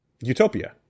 Utopia